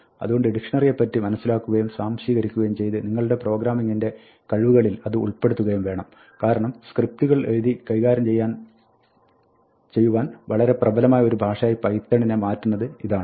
അതുകൊണ്ട് ഡിക്ഷ്ണറിയെപ്പറ്റി മനസ്സിലാക്കുകയും സ്വാംശീകരിക്കുകയും ചെയ്ത് നിങ്ങളുടെ പ്രോഗ്രാമിങ്ങിന്റെ കഴിവുകളിൽ അത് ഉൾപ്പെടുത്തുകയും വേണം കാരണം സ്ക്രിപ്റ്റുകൾ എഴുതി കൈകകാര്യം ചെയ്യുവാൻ വളരെ പ്രബലമായ ഒരു ഭാഷയായി പൈത്തണിനെ മാറ്റുന്നത് ഇതാണ്